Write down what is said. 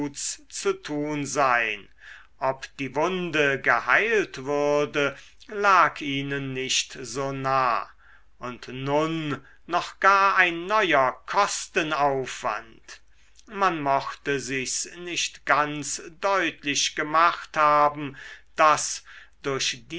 zu tun sein ob die wunde geheilt würde lag ihnen nicht so nah und nun noch gar ein neuer kostenaufwand man mochte sich's nicht ganz deutlich gemacht haben daß durch